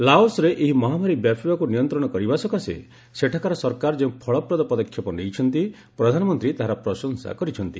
ଲାଓସ୍ରେ ଏହି ମହାମାରୀ ବ୍ୟାପିବାକୁ ନିୟନ୍ତ୍ରଣ କରିବା ସକାଶେ ସେଠାକାର ସରକାର ଯେଉଁ ଫଳପ୍ରଦ ପଦକ୍ଷେପ ନେଇଛନ୍ତି ପ୍ରଧାନମନ୍ତ୍ରୀ ତାହାର ପ୍ରଶଂସା କରିଛନ୍ତି